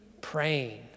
praying